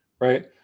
Right